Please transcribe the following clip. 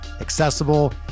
accessible